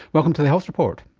welcome to the health report.